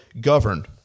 governed